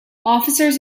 officers